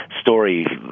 story